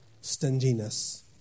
stinginess